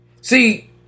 See